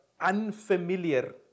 unfamiliar